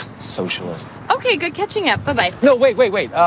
socialists. ok, good catching up tonight. no, wait, wait, wait. ah